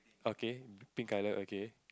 okay pink colour okay